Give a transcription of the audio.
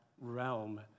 realm